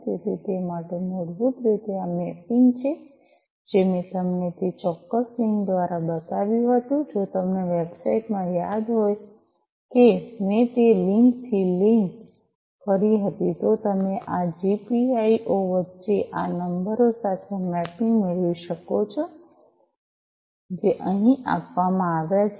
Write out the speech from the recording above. તેથી તે માટે મૂળભૂત રીતે આ મેપિંગ જે મેં તમને તે ચોક્કસ લિંક દ્વારા બતાવ્યું હતું જો તમને તે વેબસાઇટ માં યાદ હોય કે મેં તે લિંક થી તે લિંક કરી હતી તો તમે આ જીપીઆઈઑ વચ્ચે આ નંબરો સાથે મેપિંગ મેળવી શકો છો જે અહીં આપવામાં આવ્યા છે